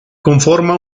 conforma